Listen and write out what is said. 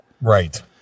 right